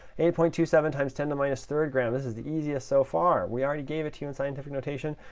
eight point two seven times ten to minus third grams. this is the easiest so far. we already gave it to you in scientific notation.